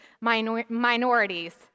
minorities